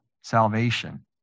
salvation